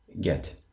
get